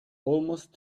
almost